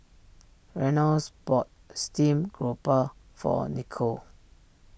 Reynolds bought Steamed Grouper for Nicole